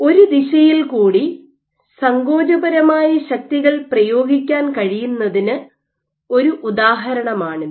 ഒരു ദിശയിൽകൂടി സങ്കോചപരമായ ശക്തികൾ പ്രയോഗിക്കാൻ കഴിയുന്നതിന് ഒരു ഉദാഹരണമാണിത്